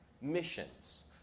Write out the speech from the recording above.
missions